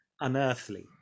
unearthly